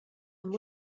amb